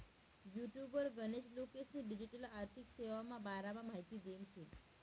युटुबवर गनच लोकेस्नी डिजीटल आर्थिक सेवाना बारामा माहिती देल शे